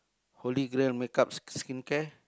holy grail makeup skincare